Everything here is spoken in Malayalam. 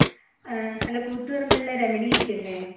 ഹലോ കൂത്തുപറമ്പുള്ള രമണിയേച്ചി അല്ലേ